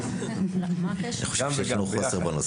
אני חושב שיש לנו חוסר בנושא.